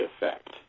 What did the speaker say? effect